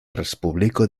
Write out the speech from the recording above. respubliko